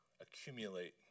accumulate